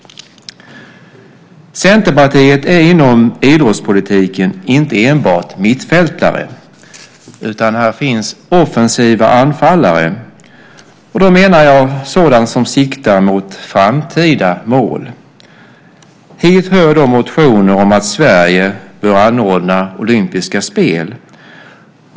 Centerpartiet är inom idrottspolitiken inte enbart mittfältare, utan här finns offensiva anfallare. Då menar jag sådant som siktar mot framtida mål. Hit hör motioner om att Sverige bör anordna olympiska spel.